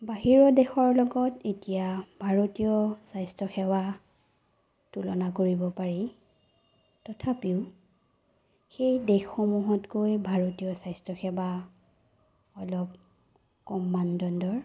বাহিৰৰ দেশৰ লগত এতিয়া ভাৰতীয় স্বাস্থ্য সেৱা তুলনা কৰিব পাৰি তথাপিও সেই দেশসমূহতকৈ ভাৰতীয় স্বাস্থ্য সেৱা অলপ কম মানদণ্ডৰ